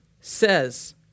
says